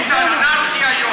ביטן, אנרכיה,